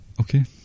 Okay